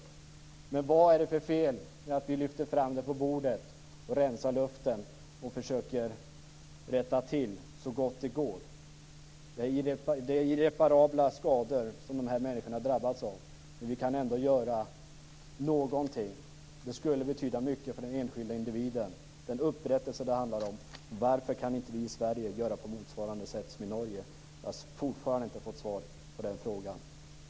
Men vad är det för fel i att vi lyfter upp frågan på bordet och rensar luften för att därmed försöka att så gott det går att rätta till det hela? De här människorna har drabbats av irreparabla skador men någonting kan vi ändå göra. Den upprättelse som det handlar om skulle betyda mycket för den enskilde individen. Varför kan inte vi i Sverige göra på motsvarande sätt som man gjort i Norge? Jag har ännu inte fått svar på den frågan.